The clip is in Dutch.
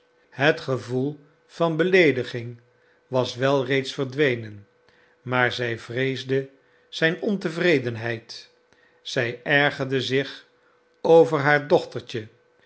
het gevoel van beleediging was wel reeds verdwenen maar zij vreesde zijn ontevredenheid zij ergerde zich over haar dochtertje